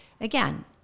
again